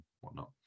whatnot